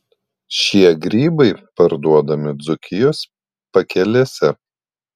šie grybai parduodami dzūkijos pakelėse